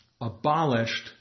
abolished